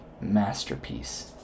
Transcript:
masterpiece